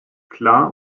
klar